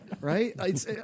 Right